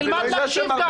תלמד להקשיב גם.